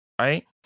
right